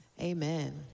amen